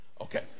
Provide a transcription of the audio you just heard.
Okay